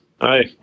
Hi